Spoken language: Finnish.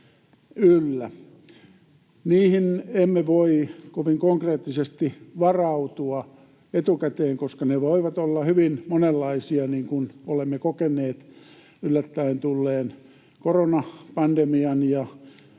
Niihin emme voi kovin konkreettisesti varautua etukäteen, koska ne voivat olla hyvin monenlaisia, niin kuin olemme kokeneet yllättäen tulleen koronapandemian ja